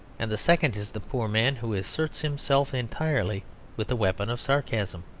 and the second is the poor man who asserts himself entirely with the weapon of sarcasm.